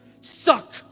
suck